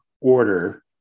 order